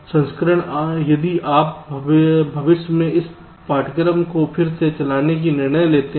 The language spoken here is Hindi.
संस्करण यदि आप भविष्य में इस पाठ्यक्रम को फिर से चलाने का निर्णय लेते हैं